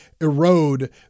erode